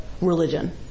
religion